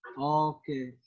Okay